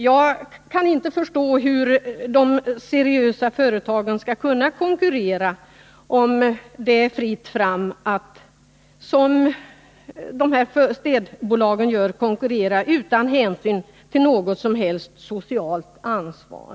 Jag kan inte förstå hur de seriösa företagen skall kunna konkurrera, om det är fritt fram att — som de här städbolagen gör — konkurrera utan hänsyn till något som helst socialt ansvar.